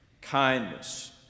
kindness